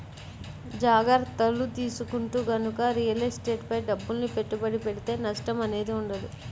జాగర్తలు తీసుకుంటూ గనక రియల్ ఎస్టేట్ పై డబ్బుల్ని పెట్టుబడి పెడితే నష్టం అనేది ఉండదు